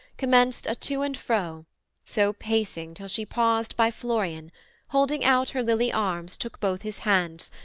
commenced a to-and-fro, so pacing till she paused by florian holding out her lily arms took both his hands,